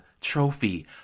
Trophy